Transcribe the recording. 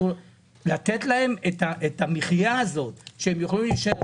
לתת להם את המחיה הזאת שהם יוכלו להישאר,